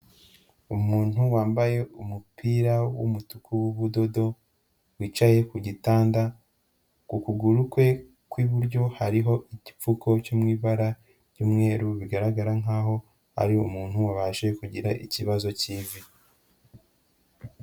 Umuntu wambaye umupira w'umutuku w'ubudodo wicaye ku gitanda, ku kuguru kwe kw'iburyo hariho igipfuko cyo mu ibara ry'umweru, bigaragara nkaho ari umuntu wabashije kugira ikibazo cy'ivi.